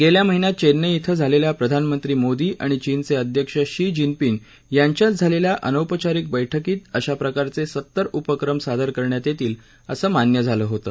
गेल्या महिन्यात चेन्ना धिं झालेल्या प्रधानमंत्री मोदी आणि चीनचे अध्यक्ष शी जिनपिंग यांच्यात झालेल्या अनौपचारिक बैठकीत अशा प्रकारचे सत्तर उपक्रम सादर करण्यात येतील असं मान्य झालं होतं